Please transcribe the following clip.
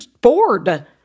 bored